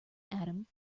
atom